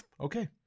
okay